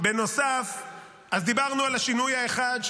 אז דיברנו על השינוי האחד,